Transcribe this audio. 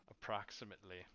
Approximately